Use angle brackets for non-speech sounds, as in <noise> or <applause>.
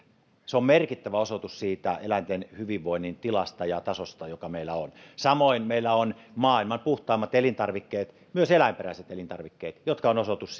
se on merkittävä osoitus siitä eläinten hyvinvoinnin tilasta ja tasosta joka meillä on samoin meillä on maailman puhtaimmat elintarvikkeet myös eläinperäiset elintarvikkeet jotka ovat osoitus <unintelligible>